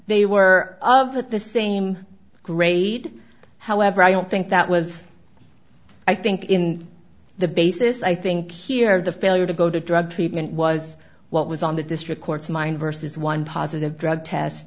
they were of that the same grade however i don't think that was i think in the basis i think here the failure to go to drug treatment was what was on the district court's mind versus one positive drug test